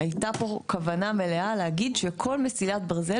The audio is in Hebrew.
הייתה פה כוונה מלאה להגיד שכל מסילת ברזל